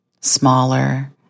smaller